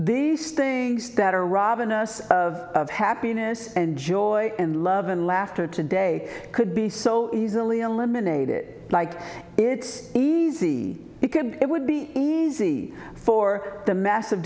these things that are robbing us of happiness and joy and love and laughter today could be so easily eliminated like it's easy because it would be easy for the massive